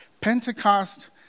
Pentecost